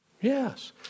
Yes